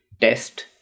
test